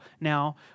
now